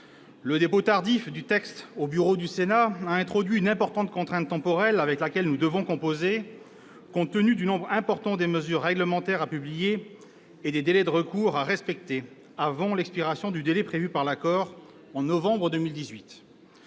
Le dépôt tardif du texte sur le bureau du Sénat a introduit une importante contrainte temporelle, avec laquelle nous devons composer compte tenu du nombre important de mesures réglementaires à publier et des délais de recours à respecter avant l'expiration du délai prévu par l'accord, au mois de novembre 2018.